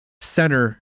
center